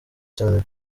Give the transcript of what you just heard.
cyane